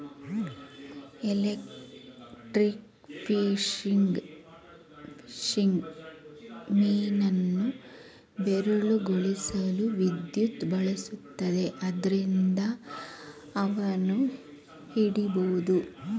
electrofishing ಮೀನನ್ನು ಬೆರಗುಗೊಳಿಸಲು ವಿದ್ಯುತ್ ಬಳಸುತ್ತದೆ ಆದ್ರಿಂದ ಅವನ್ನು ಹಿಡಿಬೋದು